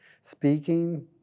speaking